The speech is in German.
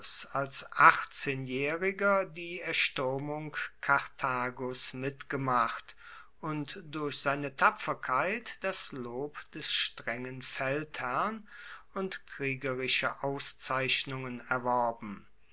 als achtzehnjähriger die erstürmung karthagos mitgemacht und durch seine tapferkeit das lob des strengen feldherrn und kriegerische auszeichnungen erworben